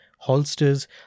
holsters